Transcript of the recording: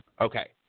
Okay